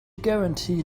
guarantee